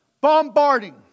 bombarding